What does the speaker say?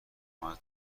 ماه